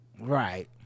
Right